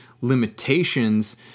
limitations